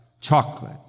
chocolate